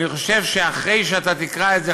אני חושב שאחרי שאתה תקרא את זה,